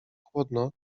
chłodno